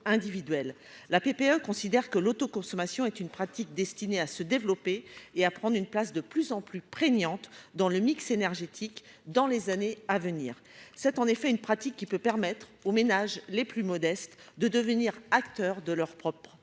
la PPE, considère que l'autoconsommation est une pratique destiné à se développer et à prendre une place de plus en plus prégnante dans le mix énergétique dans les années à venir, c'est en effet une pratique qui peut permettre aux ménages les plus modestes de devenir acteurs de leur propre qu'on se